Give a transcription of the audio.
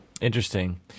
Interesting